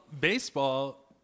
baseball